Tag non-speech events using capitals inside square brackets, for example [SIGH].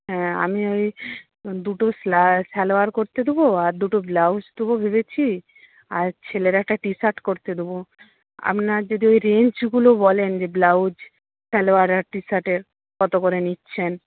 হ্যাঁ আমি ওই দুটো [UNINTELLIGIBLE] সালোয়ার করতে দেবো আর দুটো ব্লাউজ দেবো ভেবেছি আর ছেলের একটা টিশার্ট করতে দেবো আপনার যদি ওই রেঞ্জগুলো বলেন যে ব্লাউজ সালোয়ার আর টিশার্টের কত করে নিচ্ছেন